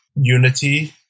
unity